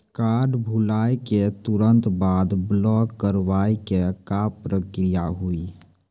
Card भुलाए के तुरंत बाद ब्लॉक करवाए के का प्रक्रिया हुई?